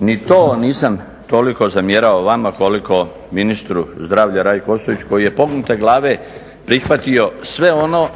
ni to nisam toliko zamjerao vama koliko ministru zdravlja Rajku Ostojiću koji je pognute glave prihvatio sve ono,